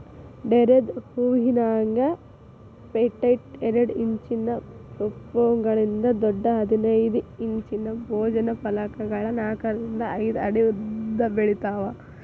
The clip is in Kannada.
ಡೇರೆದ್ ಹೂವಿನ್ಯಾಗ ಪೆಟೈಟ್ ಎರಡ್ ಇಂಚಿನ ಪೊಂಪೊಮ್ಗಳಿಂದ ದೊಡ್ಡ ಹದಿನೈದ್ ಇಂಚಿನ ಭೋಜನ ಫಲಕಗಳ ನಾಕರಿಂದ ಐದ್ ಅಡಿ ಉದ್ದಬೆಳಿತಾವ